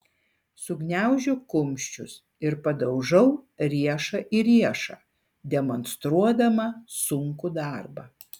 sugniaužiu kumščius ir padaužau riešą į riešą demonstruodama sunkų darbą